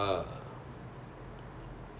like is is because of the motion is it